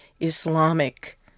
Islamic